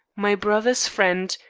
my brother's friend,